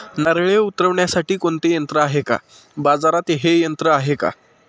नारळे उतरविण्यासाठी कोणते यंत्र आहे? बाजारात हे यंत्र आहे का?